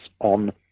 on